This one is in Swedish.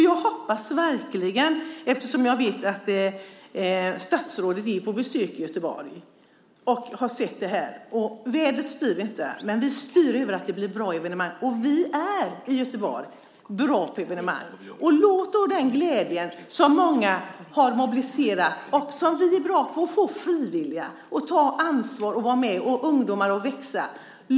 Jag vet att statsrådet har besökt Göteborg och har sett detta. Vädret styr vi inte över, men vi styr över att det blir bra evenemang. Och vi i Göteborg är bra på evenemang. Många känner glädje, och vi är bra på att få frivilliga att ta ansvar och vara med. Och detta får ungdomar att växa.